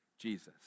Jesus